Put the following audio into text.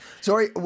Sorry